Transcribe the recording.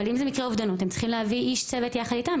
אבל אם זה מקרה אובדנות הם צריכים להביא איש צוות יחד איתם,